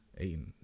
Aiden